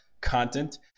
content